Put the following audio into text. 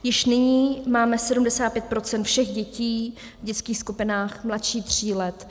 Již nyní máme 75 % všech dětí v dětských skupinách mladší tří let.